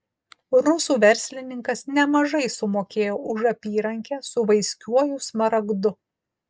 rusų verslininkas nemažai sumokėjo už apyrankę su vaiskiuoju smaragdu